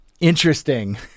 interesting